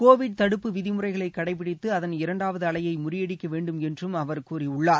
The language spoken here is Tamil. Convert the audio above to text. கோவிட் தடுப்பு விதிமுறைகளை கடைபிடித்து அதன் இரண்டாவது அமையை முறியடிக்க வேண்டும் என்று அவர் கூறியுள்ளார்